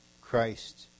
Christ